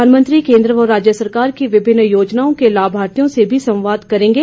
प्रधानमंत्री केंद्र व राज्य सरकार की विभिन्न योजनाओं के लाभार्थियों से भी संवाद करेंगे